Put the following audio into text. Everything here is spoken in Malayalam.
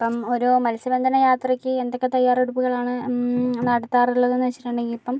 ഇപ്പം ഒരു മത്സ്യ ബന്ധന യാത്രക്ക് എന്തൊക്കെ തയ്യാറെടുപ്പുകളാണ് നടത്താറുള്ളത് എന്ന് വെച്ചിട്ടുണ്ടെങ്കിൽ ഇപ്പം